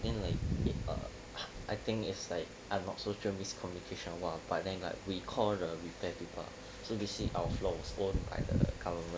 then like it err I think it's like I'm not so sure miscommunication or what but then like we call the repair people so they say our floor was owned by the government